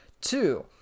Two